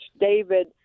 David